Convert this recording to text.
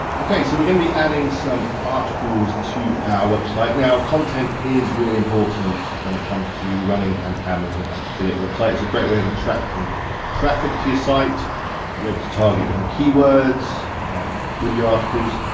okay so we're gonna be adding some articles to our website. now content is really important, when it comes to running an amazon affiliate website, it's a great way of attracting traffic to your site, cause you're able to target different keywords with your articles,